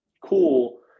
cool